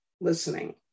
listening